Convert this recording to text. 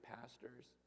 pastors